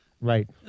right